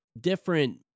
different